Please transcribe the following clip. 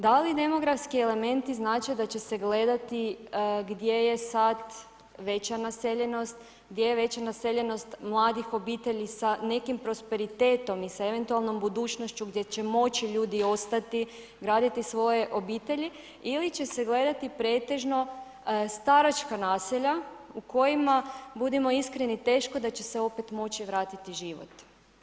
Da li demografski elementi znače da će se gledati gdje je sad veća naseljenost, gdje je veća naseljenost mladih obitelji sa nekim prosperitetom i sa eventualnom budućnošću gdje će moći ljudi ostati, graditi svoje obitelji ili će se gledati pretežno staračka naselja u kojima budimo iskreni teško da će se opet moći vratiti život.